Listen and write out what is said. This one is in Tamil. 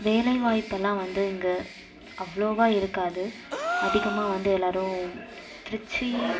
வேலைவாய்ப்பெல்லாம் வந்து இங்கே அவ்வளோவா இருக்காது அதிகமாக வந்து எல்லாரும் திருச்சி